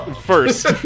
first